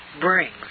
brings